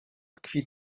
tkwi